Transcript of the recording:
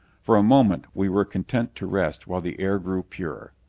for a moment we were content to rest while the air grew purer.